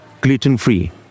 gluten-free